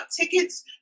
tickets